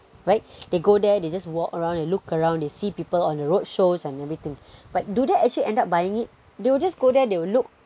right they go there they just walk around and look around they see people on the road shows and everything but do they actually end up buying it they will just go there they will look